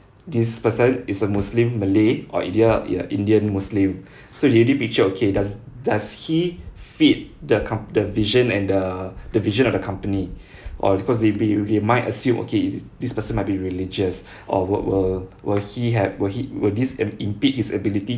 this person is a muslim malay or either indian muslim so they take picture okay does does he fit the com~ the vision and the the vision of the company or because they will be they might assume okay this person might be religious or will will will he have will he will this impede his ability